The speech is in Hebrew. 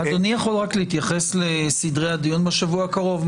אדוני יכול להתייחס לסדרי הדיון בשבוע הקרוב?